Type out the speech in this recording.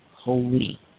holy